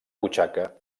butxaca